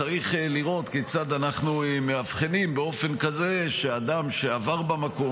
צריך לראות כיצד אנחנו מאבחנים באופן כזה שאדם שעבר במקום,